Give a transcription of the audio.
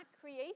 create